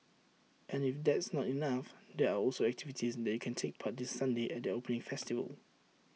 and if that's not enough there are also activities that you can take part this Sunday at their opening festival